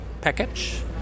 package